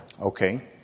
Okay